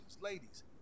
Ladies